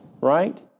right